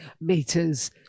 meters